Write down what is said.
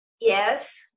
Yes